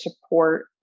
support